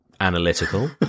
analytical